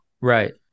Right